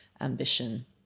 ambition